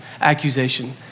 accusation